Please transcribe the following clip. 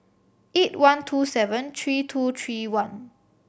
eight one two seven three two three one